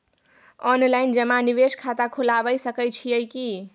Online जमा निवेश खाता खुलाबय सकै छियै की?